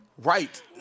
Right